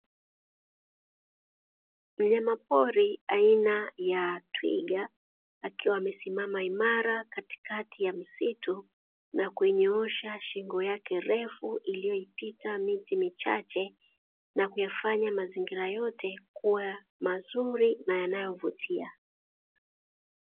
Mnyamapori aina ya twiga akiwa amesimama imara katikati ya msitu, na kunyoosha shingo yake refu iliyoipita miti michache, na kuyafanya mazingira yote kuwa mazuri na yanayovutia.